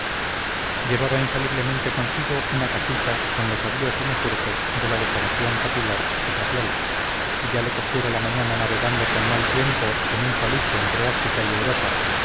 llevaba infaliblemente consigo una cajita con los avíos y menjurjes de la decoración capilar y facial y ya le cogiera la mañana navegando con mal tiempo en un falucho entre áfrica y europa